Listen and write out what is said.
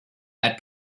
had